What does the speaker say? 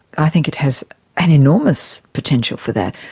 i think it has an enormous potential for that.